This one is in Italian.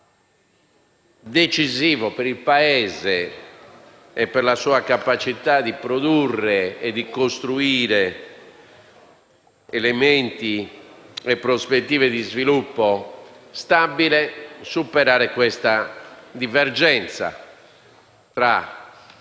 decisivo per il Paese e per la sua capacità di produrre e costruire elementi e prospettive di sviluppo stabile superare questa divergenza tra